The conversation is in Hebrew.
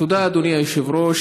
תודה, אדוני היושב-ראש.